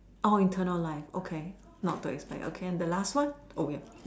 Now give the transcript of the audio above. oh internalize okay not to expect okay the last one